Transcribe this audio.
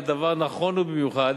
הדבר נכון במיוחד